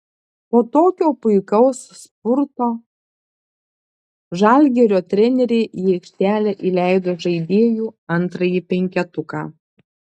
po tokio puikaus spurto žalgirio treneriai į aikštelę įleido žaidėjų antrąjį penketuką